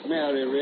Mary